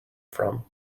from